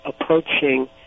approaching